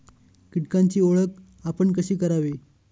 कीटकांची ओळख आपण कशी करावी?